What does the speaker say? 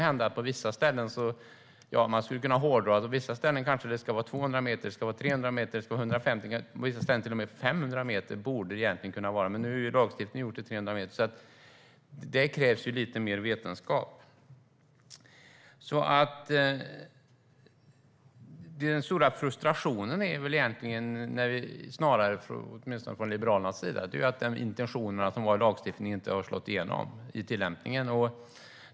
Man skulle kunna hårdra och säga att på vissa ställen kanske det ska vara 150, 200, 300 eller till och med 500 meter, men nu säger lagstiftningen 300 meter. Det krävs lite mer vetenskap. Den stora frustrationen från Liberalernas sida är väl snarare att lagstiftningens intentioner inte har slagit igenom i tillämpningen.